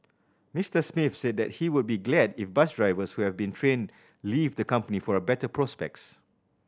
Mister Smith said that he would be glad if bus drivers who have been trained leave the company for a better prospects